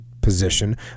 position